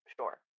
sure